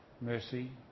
mercy